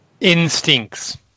instincts